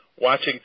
watching